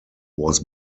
was